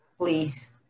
please